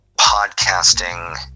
podcasting